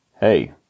Hey